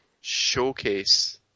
showcase